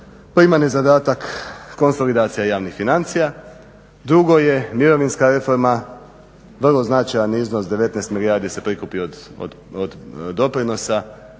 primarni zadatak konsolidacija javnih financija. Drugo je mirovinska reforma, vrlo značajan iznos 19 milijardi se prikupi od doprinosa,